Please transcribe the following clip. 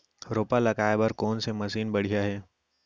रोपा लगाए बर कोन से मशीन बढ़िया हे?